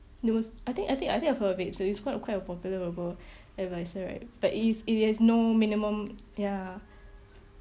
there was I think I think I think I've heard of so it's quite a quite a popular robo adviser right but it is it has no minimum ya